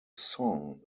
song